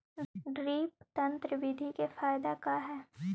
Drip तन्त्र बिधि के फायदा का है?